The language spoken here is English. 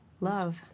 love